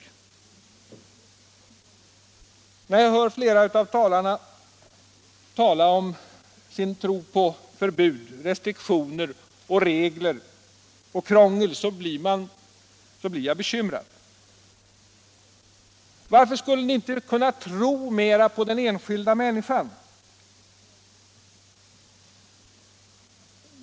När jag hör flera av ledamöterna tala om sin tro på förbud, restriktioner, regler och krångel så blir jag bekymrad. Varför skulle ni inte kunna tro mera på den enskilda människan?